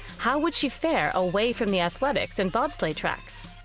how would she fare away from the athletics and bobsleigh tracks?